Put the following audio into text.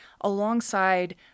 alongside